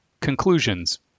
Conclusions